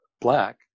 black